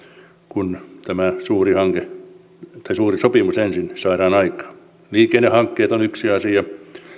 kun tämä suuri sopimus ensin saadaan aikaan liikennehankkeet ovat yksi asia